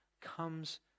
comes